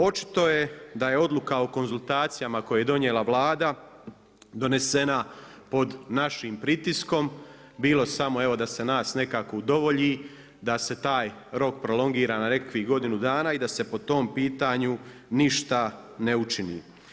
Očito je da je odluka o konzultacijama koje je donijela Vlada donesena pod našim pritiskom, bilo samo evo da se nas nekako udovolji, da se taj rok prolongira na nekakvih godinu dana i da se po tom pitanju ništa ne učini.